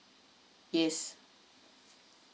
yes